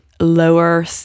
lower